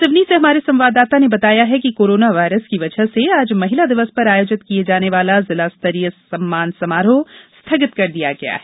सिवनी से हमारे संवाददाता ने बताया है कि कोरोना वायरस की वजह से आज महिला दिवस पर आयोजित किया जाने वाला जिलास्तरीय सम्मान समारोह स्थगित कर दिया गया है